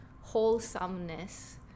wholesomeness